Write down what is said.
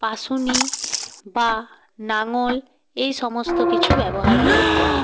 পাসুনি বা লাঙল এই সমস্ত কিছু ব্যবহার করে থাকি